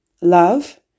love